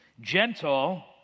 gentle